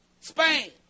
Spain